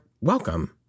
Welcome